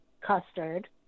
custard